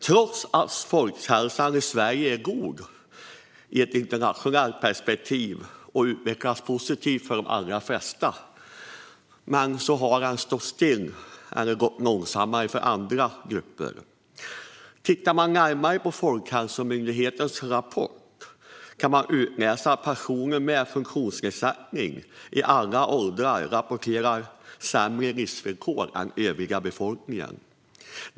Trots att folkhälsan i Sverige i ett internationellt perspektiv är god och utvecklas positivt för de allra flesta har utvecklingen gått långsammare eller stått stilla för vissa grupper. Tittar man närmare på Folkhälsomyndighetens rapport kan man utläsa att personer med funktionsnedsättning i alla åldrar rapporterar sämre livsvillkor än övriga befolkningen.